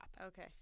Okay